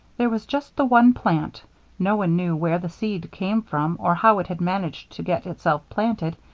there was just the one plant no one knew where the seed came from or how it had managed to get itself planted,